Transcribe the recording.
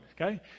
okay